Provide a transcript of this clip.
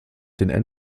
den